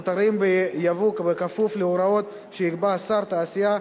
מותרים בייבוא בכפוף להוראות שיקבע שר התעשייה,